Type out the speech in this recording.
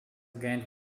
gained